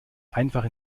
einfach